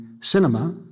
cinema